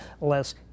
less